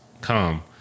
come